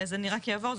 אז אני רק אעבור,